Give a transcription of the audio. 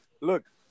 look